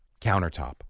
countertop